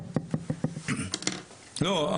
לא,